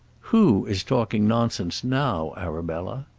who is talking nonsense now, arabella?